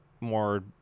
more